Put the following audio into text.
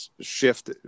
shift